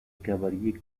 cavaliers